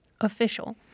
Official